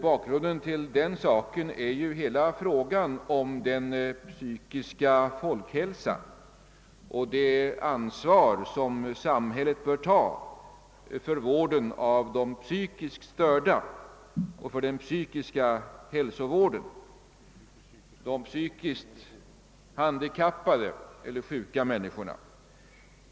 Bakgrunden härtill är hela frågan om den psykiska folkhälsan och det ansvar, som samhället bör ta för vården av de psykiskt störda samt för den psykiska hälsovården, som inriktar sig på de psykiskt handikappade eller sjuka människorna.